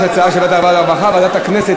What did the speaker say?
יש הצעה להעביר לוועדת העבודה והרווחה וועדת הכנסת